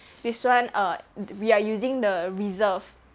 this one err we are using the reserve